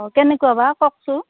অঁ কেনেকুৱা বা কওকচোন